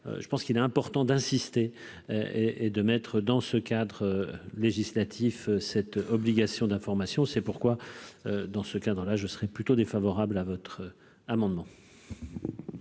je pense qu'il est important d'insister et et de mettre dans ce cadre législatif cette obligation d'information, c'est pourquoi dans ce cas dans la, je serais plutôt défavorable à votre amendement.